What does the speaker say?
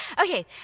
Okay